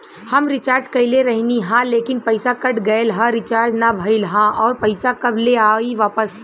हम रीचार्ज कईले रहनी ह लेकिन पईसा कट गएल ह रीचार्ज ना भइल ह और पईसा कब ले आईवापस?